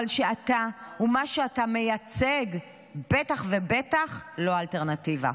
אבל שאתה ומה שאתה מייצג בטח ובטח לא האלטרנטיבה.